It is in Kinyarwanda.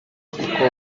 kuko